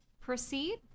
proceed